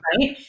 right